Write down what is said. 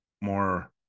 more